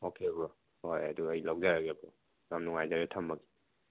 okay bro ꯍꯣꯏ ꯑꯗꯨ ꯂꯧꯖꯔꯒꯦ ꯕ꯭ꯔꯣ ꯌꯥꯝ ꯅꯨꯡꯉꯥꯏꯖꯔꯦ ꯊꯝꯃꯒꯦ